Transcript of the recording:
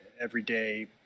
everyday